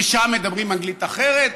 ושם מדברים אנגלית אחרת?